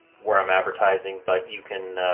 where i'm advertising but you can